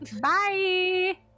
Bye